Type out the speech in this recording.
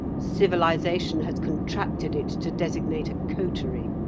civilisation has contracted it to designate a coterie.